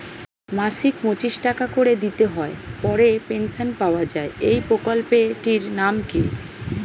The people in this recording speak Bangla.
মাসিক পঁচিশ টাকা করে দিতে হয় পরে পেনশন পাওয়া যায় এই প্রকল্পে টির নাম কি?